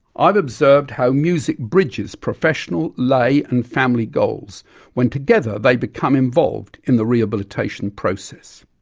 i've observed how music bridges professional, lay and family goals when together they become involved in the rehabilitation process.